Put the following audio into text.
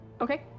Okay